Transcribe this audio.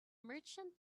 merchant